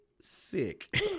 sick